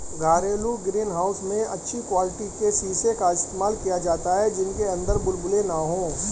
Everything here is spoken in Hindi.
घरेलू ग्रीन हाउस में अच्छी क्वालिटी के शीशे का इस्तेमाल किया जाता है जिनके अंदर बुलबुले ना हो